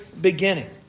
beginning